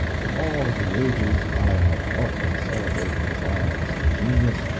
in all the ages i have helped to celebrate the triumphs of genius,